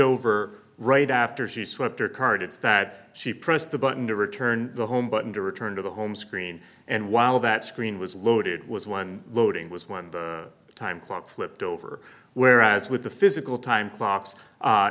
over right after she swept her cards that she pressed the button to return the home button to return to the home screen and while that screen was loaded with one loading was when the time clock flipped over whereas with the physical time